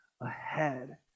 ahead